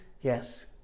Yes